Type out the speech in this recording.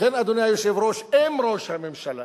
לכן, אדוני היושב-ראש, אם ראש הממשלה